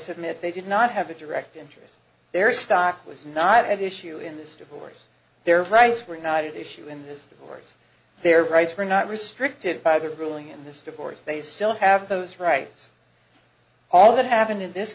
submit they did not have a direct interest their stock was not at issue in this divorce their rights were united issue in this the worse their rights were not restricted by their ruling in this divorce they still have those rights all that happened in this